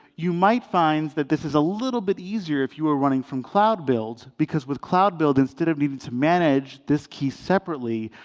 you might find that this is a little bit easier if you were running from cloud build, because with cloud build, instead of needing to manage this key separately,